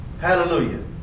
Hallelujah